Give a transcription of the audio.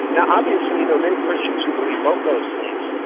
now obviously there are many christians who believe both those things.